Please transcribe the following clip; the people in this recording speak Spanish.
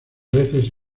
veces